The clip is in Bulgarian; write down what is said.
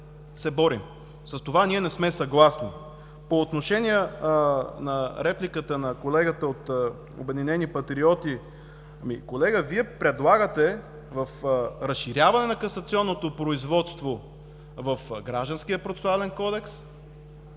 С това ние не сме съгласни. По отношение на репликата на колегата от „Обединени патриоти“. Колега, Вие предлагате разширяване на касационното производство в Гражданския процесуален кодекс,